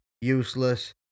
useless